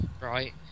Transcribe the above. Right